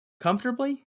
comfortably